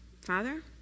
Father